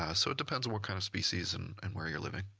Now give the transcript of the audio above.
ah so, it depends what kind of species and and where you're living.